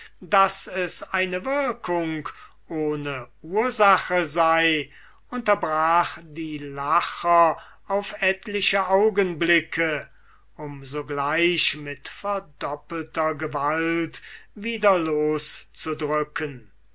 daß es eine wirkung ohne ursache sei unterbrach die lacher auf etliche augenblicke um sogleich mit verdoppelter gewalt wieder loszudrücken